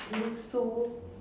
so